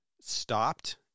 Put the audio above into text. stopped